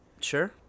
Sure